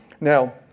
Now